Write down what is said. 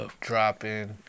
dropping